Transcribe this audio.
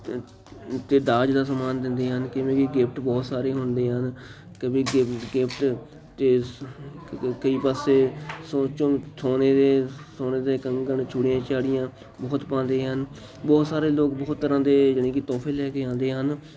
ਅਤੇ ਦਾਜ ਦਾ ਸਮਾਨ ਦਿੰਦੇ ਹਨ ਕਿਵੇਂ ਕਿ ਗਿਫਟ ਬਹੁਤ ਸਾਰੇ ਹੁੰਦੇ ਹਨ ਗਿਫਟ ਅਤੇ ਸ ਕਈ ਪਾਸੇ ਸੋਨ ਝੂਮ ਸੋਨੇ ਦੇ ਸੋਨੇ ਦੇ ਕੰਗਣ ਚੂੜੀਆਂ ਚਾੜੀਆਂ ਬਹੁਤ ਪਾਉਂਦੇ ਹਨ ਬਹੁਤ ਸਾਰੇ ਲੋਕ ਬਹੁਤ ਤਰ੍ਹਾਂ ਦੇ ਜਾਣੀ ਕਿ ਤੋਹਫੇ ਲੈ ਕੇ ਆਉਂਦੇ ਹਨ